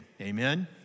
amen